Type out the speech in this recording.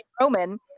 Roman